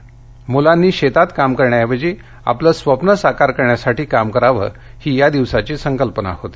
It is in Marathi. मुलांनी शेतात काम करण्याऐवजी आपलं स्वप्न साकार करण्यासाठी काम करावं ही या दिवसाची संकल्पना होती